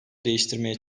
değiştirmeye